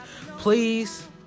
Please